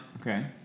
Okay